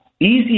Easy